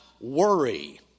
worry